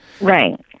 Right